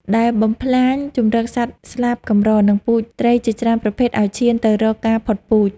ដែលបំផ្លាញជម្រកសត្វស្លាបកម្រ និងពូជត្រីជាច្រើនប្រភេទឱ្យឈានទៅរកការផុតពូជ។